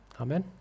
Amen